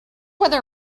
weather